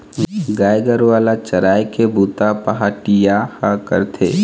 गाय गरूवा ल चराए के बूता पहाटिया ह करथे